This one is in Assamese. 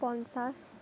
পঞ্চাচ